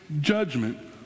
judgment